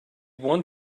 one